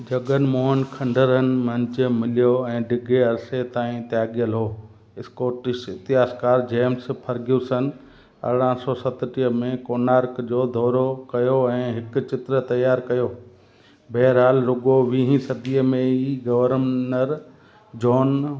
जगन मोहन खंडहरनि मंझंदि मिलियो ऐं ॾिघे आसे ताईं त्यायगिल हो स्कॉटिश इतिहासकार जेम्स फर्ग्यूसन अरिॾहं सौ सतटीह में कोणार्क जो दौरो कयो ऐं हिकु चित्र तयारु कयो बहिरहाल रुॻो वीहीं सदीअ में ई गवर्नर जॉन